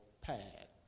path